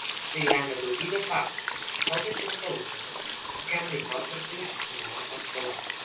tai lemia daugybė faktorių kokios yra palūkanos kokiam laikotarpiui imama paskola